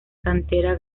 cantera